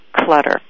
clutter